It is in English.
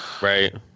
Right